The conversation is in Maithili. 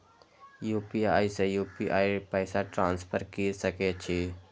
यू.पी.आई से यू.पी.आई पैसा ट्रांसफर की सके छी?